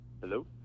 Hello